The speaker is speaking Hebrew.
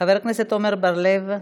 חבר הכנסת עמר בר-לב,